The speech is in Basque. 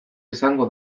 izango